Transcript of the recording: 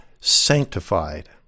sanctified